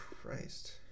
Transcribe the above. Christ